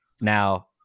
now